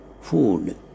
food